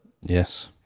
Yes